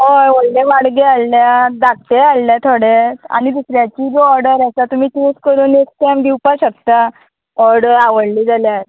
हय व्हडले वाडगे हाडल्या धाकटे हाडल्या थोडेच आनी दुसऱ्याची जो ऑर्डर आसा तुमी चूज करून नेक्स्ट टायम दिवपा शकता ऑर्डर आवडली जाल्यार